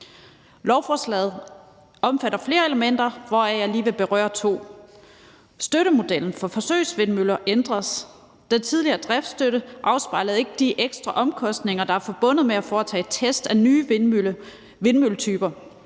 Lovforslaget omfatter flere elementer, hvoraf jeg lige vil berøre to. Støttemodellen for forsøgsvindmøller ændres. Den tidligere driftsstøtte afspejlede ikke de ekstra omkostninger, der er forbundet med at foretage test af nye vindmølletyper.